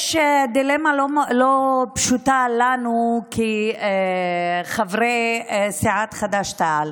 יש דילמה לא פשוטה לנו כחברי סיעת חד"ש-תע"ל.